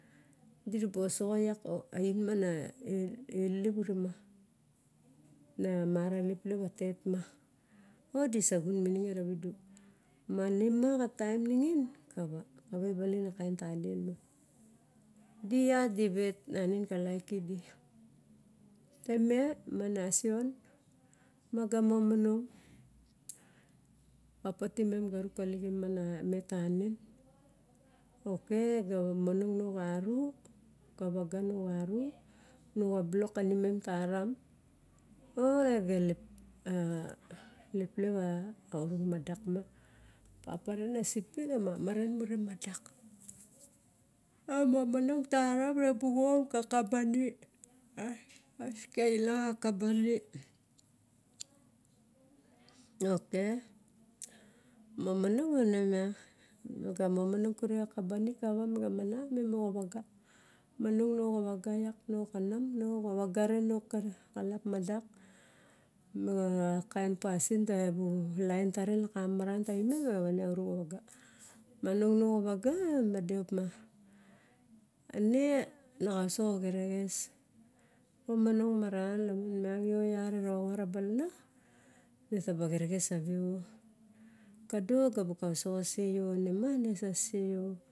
Diraba osoxo iak a oin ma na elelop ure maning. Na ma ra lelep a tet ma, o diaxun mininge ravidu. Mamina xab taem ningin kava, kava balin a kaen talien ma. Di iat di vet nagin ka iak kidi emet ma na sion maga momong nau ga rap kali xi ma, met tanen, ok ga momono nau xaru ka vaga nao xaru nao xa block kanimem taram, oi ega leplep aorong madak ma. Papa ren a sepik e mama ren mure madak momonong taram me bu om ka kabani a skela xa kabani. Ok momonong mainema me ga momonong kure xa kabani, kara memo xa vaga, manong nao xa vaga iak hes xanam has xa vaga nen madak, ma kaen pasim kaba laen taren lok. Ka maran tawi mem, mono nau xa vaga evade opma me ne xao soxo a xerexes momonong maran, lamun yao yat erongat a balana etaba, etaba xerexe taveo, kado keabu kuosoxo se yao ne ma ne sase yao.